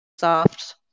soft